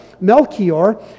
Melchior